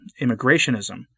immigrationism